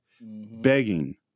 begging